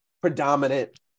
predominant